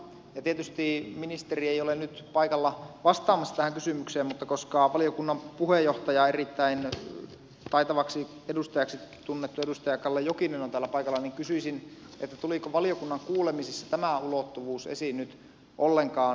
tietysti ministeri ei ole nyt paikalla vastaamassa tähän kysymykseen mutta koska valiokunnan puheenjohtaja erittäin taitavaksi edustajaksi tunnettu edustaja kalle jokinen on täällä paikalla niin kysyisin tuliko valiokunnan kuulemisissa tämä ulottuvuus esiin nyt ollenkaan